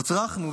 הוצרכנו,